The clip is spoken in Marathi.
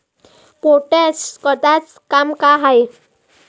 पोटॅश या खताचं काम का हाय?